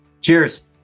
Cheers